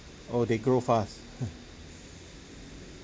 oh they grow fast